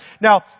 Now